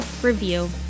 review